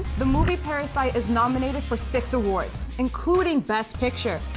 the movie parasite is nominated for six awards, including best picture.